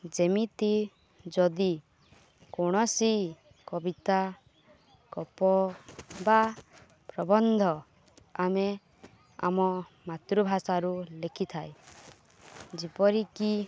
ଯେମିତି ଯଦି କୌଣସି କବିତା ଗପ ବା ପ୍ରବନ୍ଧ ଆମେ ଆମ ମାତୃଭାଷାରୁ ଲେଖିଥାଏ ଯେପରିକି